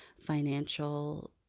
financial